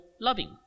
loving